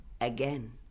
again